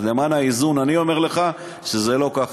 אז למען האיזון אני אומר לך: זה לא ככה.